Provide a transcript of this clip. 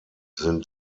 sind